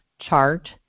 chart